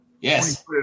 Yes